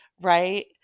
right